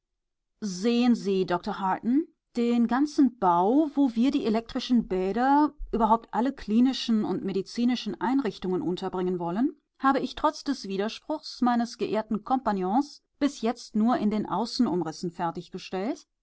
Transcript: sehen sie doktor harton den ganzen bau wo wir die elektrischen bäder überhaupt alle klinischen und medizinischen einrichtungen unterbringen wollen habe ich trotz des widerspruchs meines geehrten kompagnons bis jetzt nur in den außenumrissen